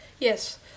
Yes